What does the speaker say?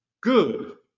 good